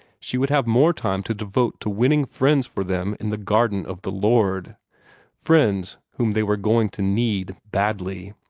she would have more time to devote to winning friends for them in the garden of the lord friends whom they were going to need badly.